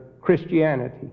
Christianity